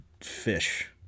fish